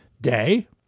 Day